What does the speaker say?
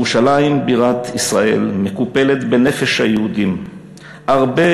ירושלים בירת ישראל מקופלת בנפש היהודים הרבה